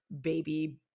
baby